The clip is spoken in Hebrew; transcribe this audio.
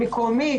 מקומי,